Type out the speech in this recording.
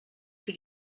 für